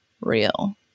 real